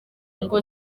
ngo